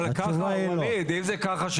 אבל אם זה ככה,